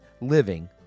living